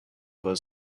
for